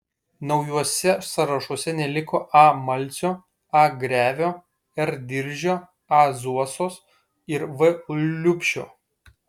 naujuose sąrašuose neliko a malcio a grevio r diržio a zuozos ir v liubšio